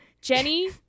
Jenny